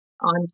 on